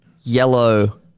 yellow